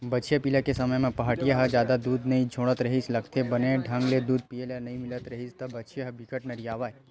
बछिया पिला के समे म पहाटिया ह जादा दूद नइ छोड़त रिहिस लागथे, बने ढंग ले दूद पिए ल नइ मिलत रिहिस त बछिया ह बिकट नरियावय